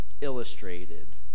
illustrated